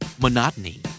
Monotony